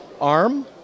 arm